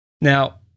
now